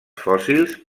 fòssils